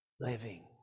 living